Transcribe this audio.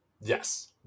yes